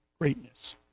greatness